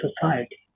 society